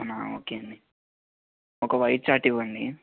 అవునా ఓకే అండి ఒక వైట్ చార్ట్ ఇవ్వండి